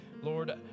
Lord